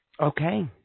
Okay